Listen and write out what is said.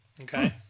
Okay